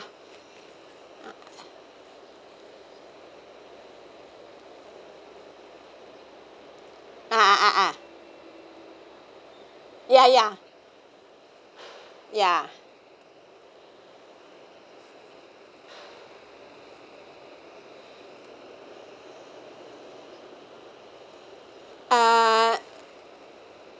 ah ah ah ah ya ya ya uh